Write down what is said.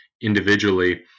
individually